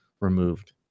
removed